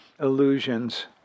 illusions